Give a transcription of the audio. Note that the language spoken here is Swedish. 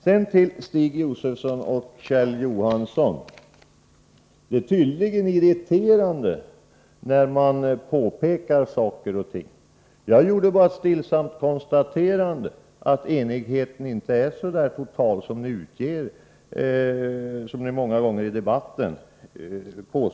Sedan till Stig Josefson och Kjell Johansson. Det är tydligen irriterande när man påpekar saker. Jag gjorde bara ett stillsamt konstaterande att enigheten inte är så där total som ni ofta ger sken av i debatten.